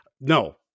no